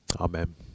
Amen